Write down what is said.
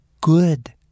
good